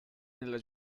nella